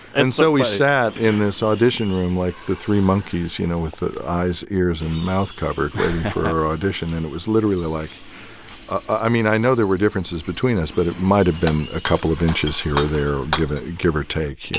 and so we sat in this audition room like the three monkeys, you know, with the eyes ears and mouth covered waiting for our audition. and it was literally like i mean, i know there were differences between us. but it might've been a couple of inches here or there, give ah give or take, you